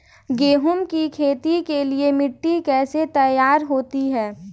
गेहूँ की खेती के लिए मिट्टी कैसे तैयार होती है?